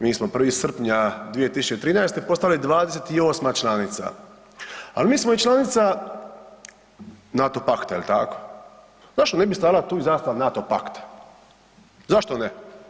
Mi smo 1. srpnja 2013. postali 28 članica, ali mi smo i članica NATO pakta, jel tako, zašto ne bi stajala tu i zastava NATO pakta, zašto ne?